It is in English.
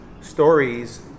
stories